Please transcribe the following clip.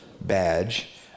badge